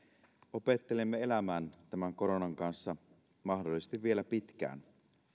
opettelemme elämään tämän koronan kanssa mahdollisesti vielä pitkään